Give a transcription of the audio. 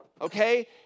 okay